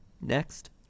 Next